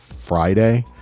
Friday